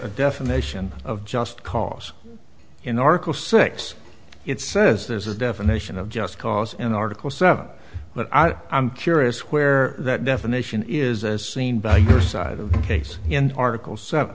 a defamation of just cause in oracle six it says there's a definition of just cause in article seven but i'm curious where that definition is as seen by your side of the case in article seven